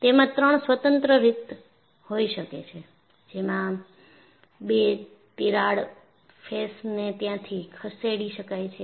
તેમાં ત્રણ સ્વતંત્ર રીત હોઈ શકે છે જેમાં બે તિરાડ ફેસને ત્યાંથી ખસેડી શકાય છે